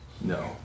No